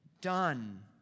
done